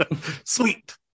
Sweet